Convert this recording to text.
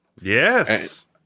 Yes